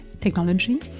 technology